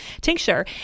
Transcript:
tincture